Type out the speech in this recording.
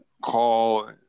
call